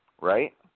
right